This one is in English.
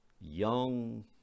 young